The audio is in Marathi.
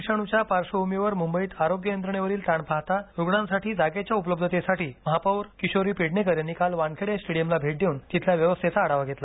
कोरोना विषाणूच्या पार्श्वभूमीवर मुंबईत आरोग्य यंत्रणेवरील ताण पाहता रुग्णांसाठी जागेच्या उपलब्धतेसाठी महापौर किशोरी पेडणेकर यांनी काल वानखेडे स्टेडियमला भेट देऊन तिथल्या व्यवस्थेचा आढावा घेतला